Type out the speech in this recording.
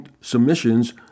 submissions